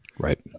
Right